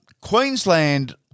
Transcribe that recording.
Queensland